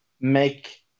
make